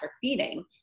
feeding